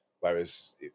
Whereas